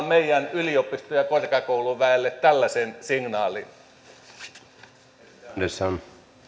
meidän yliopisto ja korkeakouluväelle tällainen signaali arvoisa